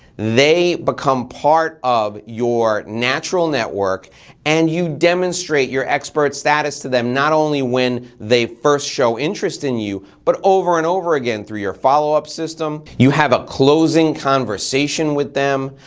they become part of your natural network and you demonstrate your expert status to them not only when they first show interest in you, but over and over again through your follow-up system. you have a closing conversation with them.